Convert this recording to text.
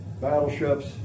battleships